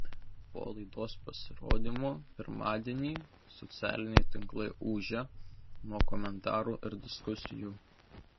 po laidos pasirodymo pirmadienį socialiniai tinklai ūžia nuo komentarų ir diskusijų